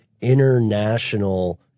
international